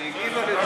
אנחנו עוברים להודעת